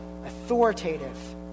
authoritative